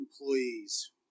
employees